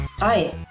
Hi